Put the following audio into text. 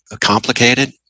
complicated